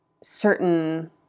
certain